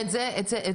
את זה הבנו.